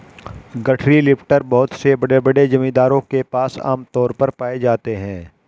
गठरी लिफ्टर बहुत से बड़े बड़े जमींदारों के पास आम तौर पर पाए जाते है